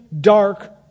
dark